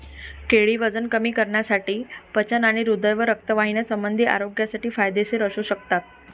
केळी वजन कमी करण्यासाठी, पचन आणि हृदय व रक्तवाहिन्यासंबंधी आरोग्यासाठी फायदेशीर असू शकतात